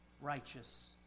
righteous